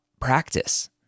practice